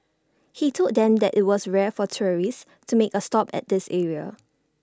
he told them that IT was rare for tourists to make A stop at this area